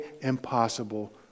impossible